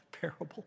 parable